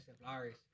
flowers